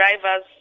drivers